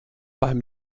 beim